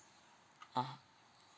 ah